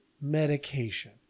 medication